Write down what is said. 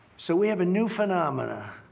so we have a new phenomena.